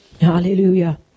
Hallelujah